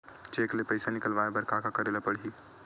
Cheque ले पईसा निकलवाय बर का का करे ल पड़हि?